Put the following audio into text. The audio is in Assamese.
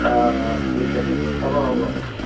অ' অ' ঠিক আছে হ'ব হ'ব হ'ব